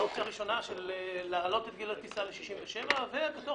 האופציה הראשונה להעלות את גיל הטיסה ל-67 ובתור